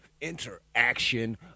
interaction